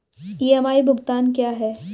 EMI भुगतान क्या है?